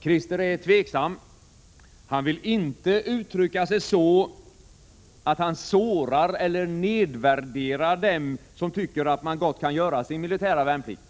Krister är tveksam. Han vill inte uttrycka sig så, att han sårar eller nedvärderar dem som tycker att man gott kan göra sin militära värnplikt.